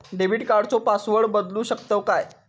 Debit कार्डचो password बदलु शकतव काय?